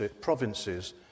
provinces